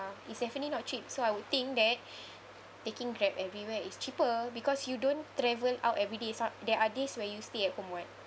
is definitely not cheap so I would think that taking Grab everywhere is cheaper because you don't travel out every day is not there are days where you stay at home [what]